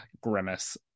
grimace